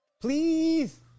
Please